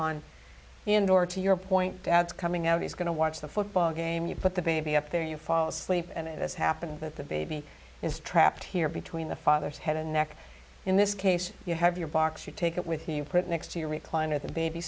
the indoor to your point that's coming out he's going to watch the football game you put the baby up there you fall asleep and if this happens that the baby is trapped here between the father's head and neck in this case you have your box you take it with you you put next to your recliner the baby